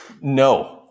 No